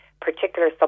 particular